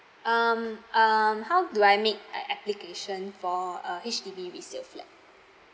um um how do I make a application for a H_D_B resale flat